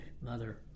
mother